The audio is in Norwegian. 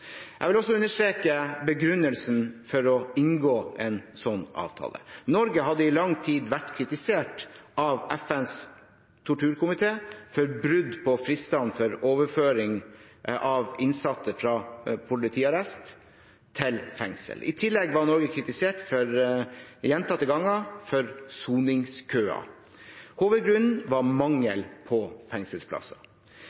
Jeg vil understreke begrunnelsen for å inngå en slik avtale. Norge hadde i lang tid vært kritisert av FNs torturkomité for brudd på fristene for overføring av innsatte fra politiarrest til fengsel. I tillegg var Norge gjentatte ganger kritisert for soningskøer. Hovedgrunnen var